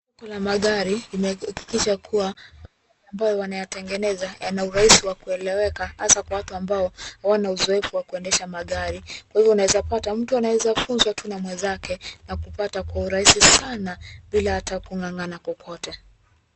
Kuna magari imehakikisha kuwa ambayo wanaitengeneza yana urahisi wa kueleweka hasa kwa watu ambao hawana uzoefu wa kuendesha magari kwa hivyo unaeza pata mtu aneza funzwa na mwenzake na kupata kwa urahisi sana bila hata kung'ang'ana kwokwote .